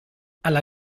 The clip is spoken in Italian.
alla